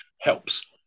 helps